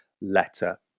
letter